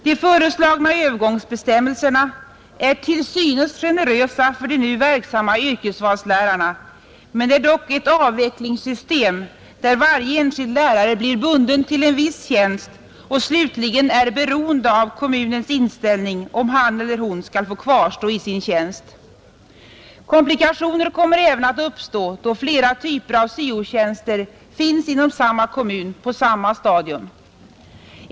De föreslagna övergångsbestämmelserna är till synes generösa mot de nu verksamma yrkesvalslärarna, men det är dock ett avvecklingssystem, där varje enskild lärare blir bunden till en viss tjänst och slutligen är beroende av kommunens inställning när det gäller om han eller hon skall få kvarstå i sin tjänst. Komplikationer kommer även att uppstå då flera typer av syo-tjänster finns inom samma kommun på samma stadium.